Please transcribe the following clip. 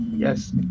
Yes